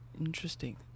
Interesting